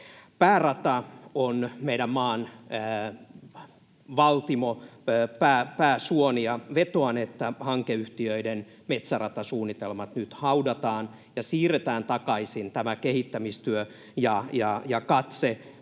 Päärata on meidän maan valtimo, pääsuoni, ja vetoan, että hankeyhtiöiden metsäratasuunnitelmat nyt haudataan ja siirretään kehittämistyö ja katse